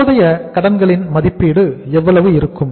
தற்போதைய கடன்களின் மதிப்பீடு எவ்வளவு இருக்கும்